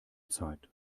zeit